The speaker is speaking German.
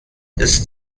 ist